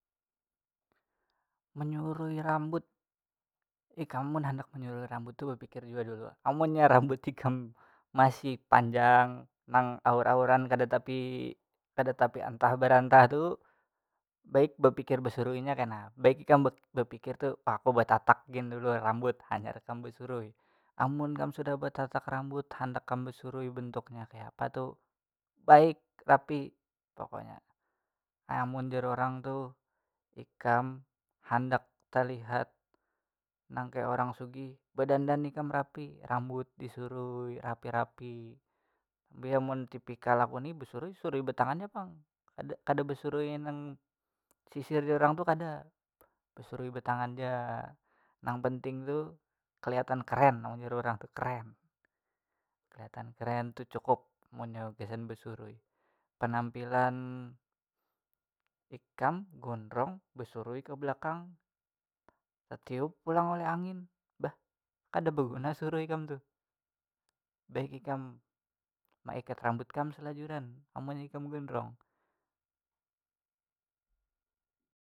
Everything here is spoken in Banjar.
Menyurui rambut ikam mun handak menyurui rambut tuh bapikir jua dulu amunnya rambut ikam masih panjang nang aur auran kada tapi kada tapi antah berantah tu baik bapikir basuruinya kena baik ikam bapikir tu oh aku betatak gin dulu rambut hanyar ikam basurui amun kam sudah betatak rambut handak kam basurui bentuknya kayapa tu baik rapi pokoknya amun jar orang tuh ikam handak talihat nang kaya orang sugih badandan ikam rapi rambut disurui rapi rapi mun tipikal aku nih besurui surui betangan ja pang kada kada basurui nang sisir jar urang tuh kada basurui betangan ja nang penting tuh keliatan keren amun jar urang tuh keren keliatan keren tu cukup munnya gasan besurui penampilan ikam gondrong basurui ke belakang takiup pulang oleh angin dah kada baguna surui kam tuh baik ikam maikat rambut kam selajuran amun ikam gondrong.